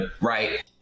Right